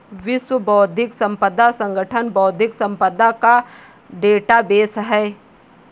विश्व बौद्धिक संपदा संगठन बौद्धिक संपदा का डेटाबेस है